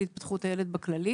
התפתחות הילד בשירותי בריאות כללית.